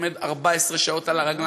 עומד 14 שעות על הרגליים,